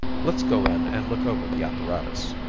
let's go in and look over the apparatus.